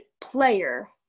player